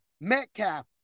Metcalf